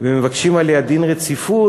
ומבקשים עליה דין רציפות,